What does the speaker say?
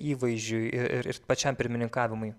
įvaizdžiui ir pačiam pirmininkavimui